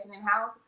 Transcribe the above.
in-house